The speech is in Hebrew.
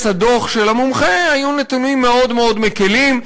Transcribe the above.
הדוח של המומחה היו נתונים מאוד מאוד מקלים,